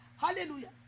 Hallelujah